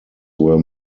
were